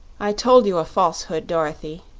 i told you a falsehood, dorothy,